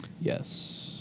Yes